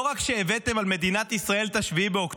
לא רק שהבאתם על מדינת ישראל את 7 באוקטובר,